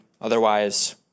Otherwise